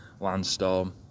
Landstorm